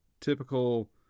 typical